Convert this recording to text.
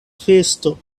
festo